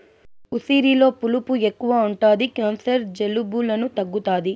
ఉసిరిలో పులుపు ఎక్కువ ఉంటది క్యాన్సర్, జలుబులను తగ్గుతాది